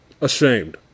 Ashamed